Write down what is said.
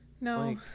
no